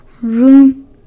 room